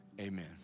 amen